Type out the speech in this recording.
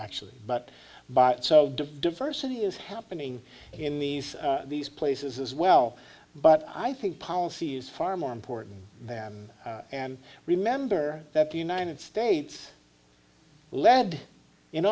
actually but but so diversity is happening in these these places as well but i think policy is far more important than and remember that the united states led in